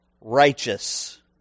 righteous